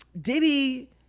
Diddy